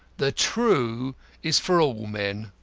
the true is for all men.